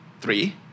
three